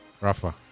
Rafa